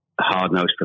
hard-nosed